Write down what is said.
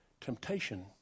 temptation